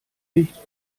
nicht